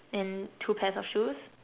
and two pairs of shoes